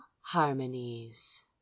Harmonies